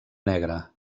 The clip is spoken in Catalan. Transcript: negre